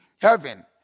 heaven